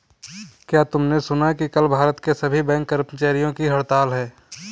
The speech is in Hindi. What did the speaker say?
क्या तुमने सुना कि कल भारत के सभी बैंक कर्मचारियों की हड़ताल है?